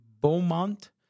Beaumont